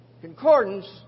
concordance